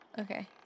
Okay